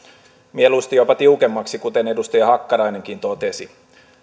mieluusti jopa tiukemmaksi kuten edustaja hakkarainenkin totesi